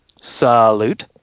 salute